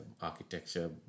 architecture